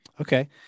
Okay